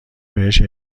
بهش